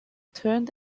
turned